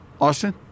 Austin